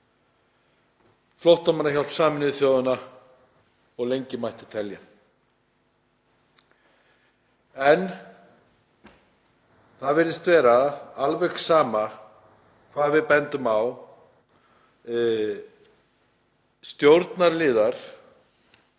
Flóttamannahjálp Sameinuðu þjóðanna og lengi mætti telja. En það virðist vera alveg sama hvað við bendum á. Stjórnarliðar